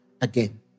again